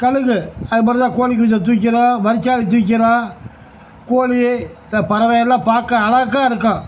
கழுகு அது மாதிரி தான் கோழிக்குஞ்ச தூக்கிடும் வரிச்சாளி தூக்கிடும் கோழி இந்த பறவை எல்லாம் பார்க்க அழகா இருக்கும்